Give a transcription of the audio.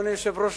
אדוני היושב-ראש,